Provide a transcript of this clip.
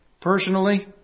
personally